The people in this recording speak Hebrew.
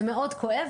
זה מאוד כואב,